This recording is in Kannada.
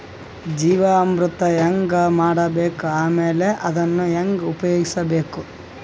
ಜೀವಾಮೃತ ಹೆಂಗ ಮಾಡಬೇಕು ಆಮೇಲೆ ಅದನ್ನ ಹೆಂಗ ಉಪಯೋಗಿಸಬೇಕು?